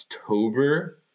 october